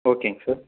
ஓகேங்க சார்